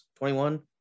21